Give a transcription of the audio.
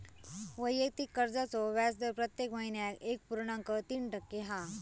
वैयक्तिक कर्जाचो व्याजदर प्रत्येक महिन्याक एक पुर्णांक तीन टक्के हा